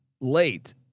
late